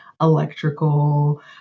electrical